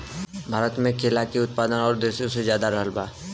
भारत मे केला के उत्पादन और देशो से ज्यादा रहल बा